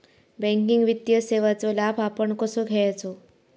Banking वित्तीय सेवाचो लाभ आपण कसो घेयाचो?